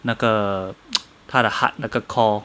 那个他的 heart 那个 core